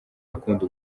akunda